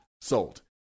Sold